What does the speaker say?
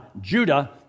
Judah